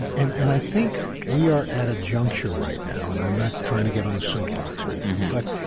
and and and i think we are at a juncture right now. and i'm not trying to get on a soapbox or anything. but,